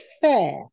fair